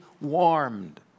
warmed